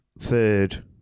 third